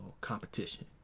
competition